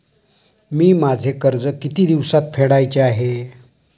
मी माझे कर्ज किती दिवसांत फेडायचे आहे?